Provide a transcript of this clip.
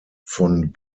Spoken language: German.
von